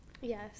Yes